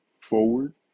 forward